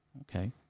Okay